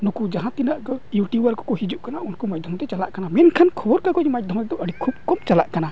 ᱱᱩᱠᱩ ᱡᱟᱦᱟᱸ ᱛᱤᱱᱟᱹᱜ ᱜᱮ ᱤᱭᱩᱴᱤᱭᱩᱵᱟᱨ ᱠᱚᱠᱚ ᱦᱤᱡᱩᱜ ᱠᱟᱱᱟ ᱩᱱᱠᱩ ᱢᱟᱫᱽᱫᱷᱚᱢᱛᱮ ᱪᱟᱞᱟᱜ ᱠᱟᱱᱟ ᱢᱮᱱᱠᱷᱟᱱ ᱠᱷᱚᱵᱚᱨ ᱠᱟᱜᱚᱡᱽ ᱢᱟᱫᱽᱫᱷᱚᱢ ᱛᱮᱫᱚ ᱟᱹᱰᱤ ᱠᱷᱩᱵ ᱠᱚᱢ ᱪᱟᱞᱟᱜ ᱠᱟᱱᱟ